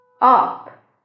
up